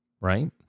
right